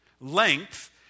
Length